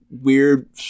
weird